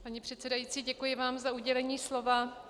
Paní předsedající, děkuji vám za udělení slova.